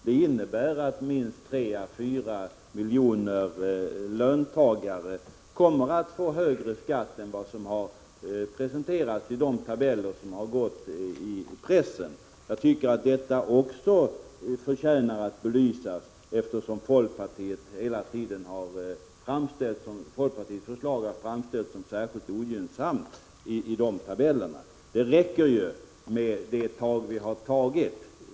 Det innebär att minst 3 å 4 miljoner löntagare kommer att få högre skatt än som angivits i de tabeller som har gått ut i pressen. Också detta förtjänar att belysas, eftersom folkpartiets förslag hela tiden har framställts såsom särskilt ogynnsamt i dessa tabeller. Det räcker ju med de tag som vi har tagit.